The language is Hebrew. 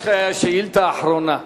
שהוא אחראי למשטרה,